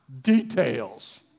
details